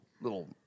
little